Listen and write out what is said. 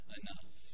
enough